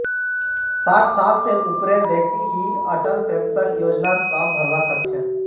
साठ साल स ऊपरेर व्यक्ति ही अटल पेन्शन योजनार फार्म भरवा सक छह